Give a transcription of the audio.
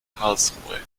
karlsruhe